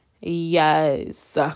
yes